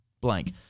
blank